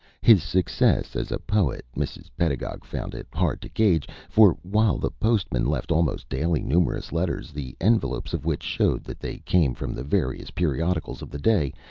his success as a poet mrs. pedagog found it hard to gauge for while the postman left almost daily numerous letters, the envelopes of which showed that they came from the various periodicals of the day,